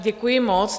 Děkuji moc.